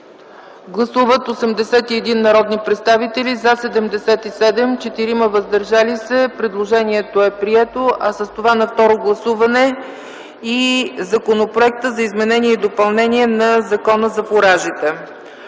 Гласували 81 народни представители: за 77, против няма, въздържали се 4. Предложението е прието, а с това и на второ гласуване Законопроектът за изменение и допълнение на Закона за фуражите.